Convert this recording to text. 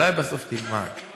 אולי בסוף תלמד.